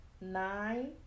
nine